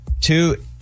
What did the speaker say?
Two